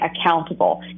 accountable